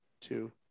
two